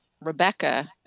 Rebecca